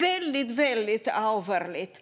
här är väldigt allvarligt.